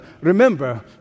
remember